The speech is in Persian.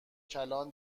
کلان